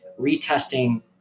retesting